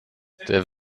der